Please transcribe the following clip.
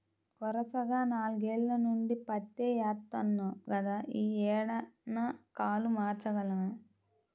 వరసగా నాల్గేల్ల నుంచి పత్తే యేత్తన్నాం గదా, యీ ఏడన్నా కాలు మార్చాలన్నా